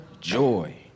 joy